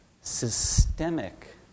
systemic